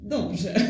Dobrze